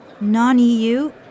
Non-EU